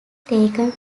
taken